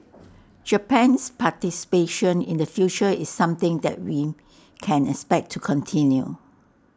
Japan's participation in the future is something that we can expect to continue